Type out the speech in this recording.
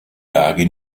lage